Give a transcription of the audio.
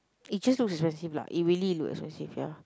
it just looks expensive lah it really looks expensive ya